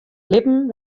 libben